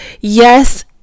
yes